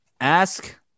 ask